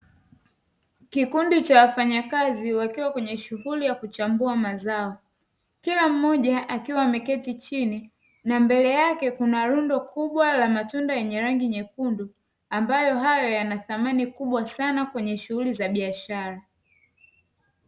Kikundi cha wafanyakazi wakiwa kwenye shughuli ya kuchambua mazao kila mmoja akiwa ameketi chini na mbele yake kuna rundo kubwa la matunda yenye rangi nyekundu ambayo hayo yana thamani kubwa sana kwenye shughuli za biashara.